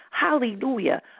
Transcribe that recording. Hallelujah